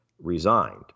resigned